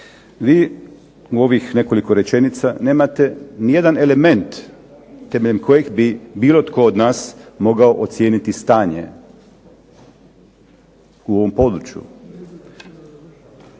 Vi u ovih nekoliko rečenica nemate ni jedan element temeljem kojeg bi bilo tko od nas mogao ocijeniti stanje u ovom području.